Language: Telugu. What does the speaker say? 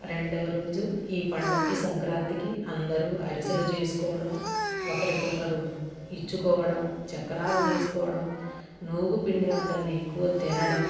రెండోవ రోజు ఈ పండుగకి సంక్రాంతికి అందరూ అరెసలు చేసుకోడం ఒకరికొకరు ఇచ్చుకోవడం చక్రాలు చేసుకోవడం నూగు పిండి వంటలని ఎక్కువ తినడం